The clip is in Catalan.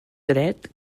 dret